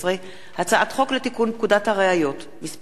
2012, הצעת חוק לתיקון פקודת הראיות (מס'